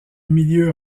milieu